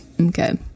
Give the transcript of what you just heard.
Okay